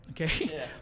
okay